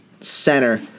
center